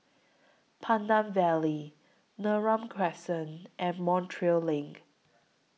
Pandan Valley Neram Crescent and Montreal LINK